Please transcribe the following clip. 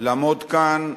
לעמוד כאן,